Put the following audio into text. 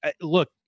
Look